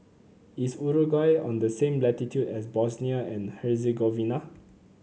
is Uruguay on the same latitude as Bosnia and Herzegovina